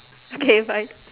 okay bye